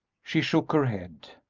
she shook her head.